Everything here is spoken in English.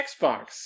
Xbox